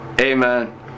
Amen